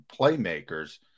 playmakers